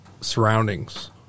surroundings